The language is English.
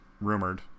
rumored